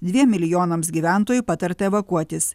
dviem milijonams gyventojų patarta evakuotis